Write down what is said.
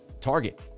target